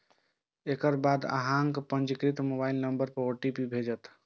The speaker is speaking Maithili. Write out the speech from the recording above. एकर बाद अहांक पंजीकृत मोबाइल नंबर पर ओ.टी.पी भेटत